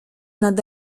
nad